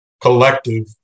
collective